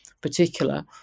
particular